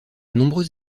nombreux